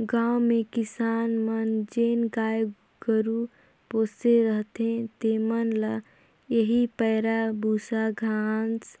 गाँव में किसान मन जेन गाय गरू पोसे रहथें तेमन ल एही पैरा, बूसा, घांस